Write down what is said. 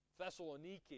Thessaloniki